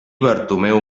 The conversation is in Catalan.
bartomeu